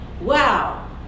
Wow